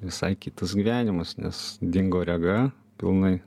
visai kitas gyvenimas nes dingo rega pilnai